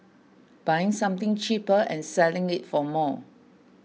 buying something cheaper and selling it for more